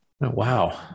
Wow